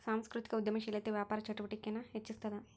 ಸಾಂಸ್ಕೃತಿಕ ಉದ್ಯಮಶೇಲತೆ ವ್ಯಾಪಾರ ಚಟುವಟಿಕೆನ ಹೆಚ್ಚಿಸ್ತದ